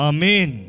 Amen